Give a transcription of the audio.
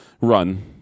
run